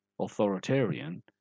authoritarian